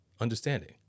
understanding